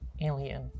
alien